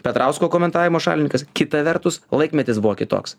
petrausko komentavimo šalininkas kita vertus laikmetis buvo kitoks